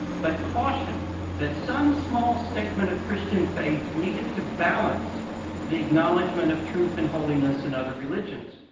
but cautioned that some small statement of christian faith needed to balance the acknowledgement of truth and holiness in other religions.